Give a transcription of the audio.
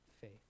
faith